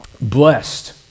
Blessed